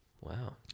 Wow